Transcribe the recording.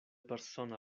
persona